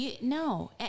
no